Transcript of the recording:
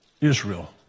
Israel